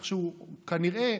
כנראה,